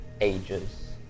ages